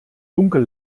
dunkel